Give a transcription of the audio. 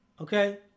okay